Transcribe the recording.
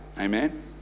amen